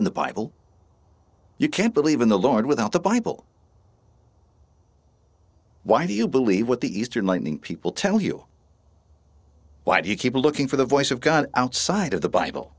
in the bible you can't believe in the lord without the bible why do you believe what the eastern lightning people tell you why do you keep looking for the voice of god outside of the bible